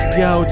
yo